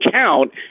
count